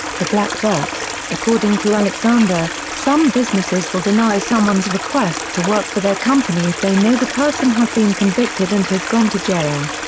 the black box according to alexander, some businesses will deny someone's request to work for their company if they know the person has been convicted and has gone to jail.